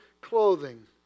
clothing